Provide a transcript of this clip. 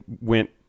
went